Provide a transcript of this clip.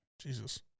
Jesus